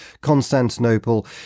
Constantinople